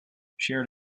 shared